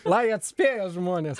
lai atspėja žmonės